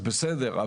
אז בסדר.